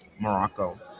Morocco